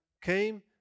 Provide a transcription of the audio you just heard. came